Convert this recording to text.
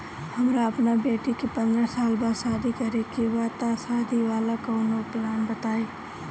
हमरा अपना बेटी के पंद्रह साल बाद शादी करे के बा त शादी वाला कऊनो प्लान बताई?